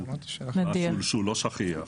זה משהו לא שכיח.